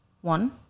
one